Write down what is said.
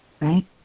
Right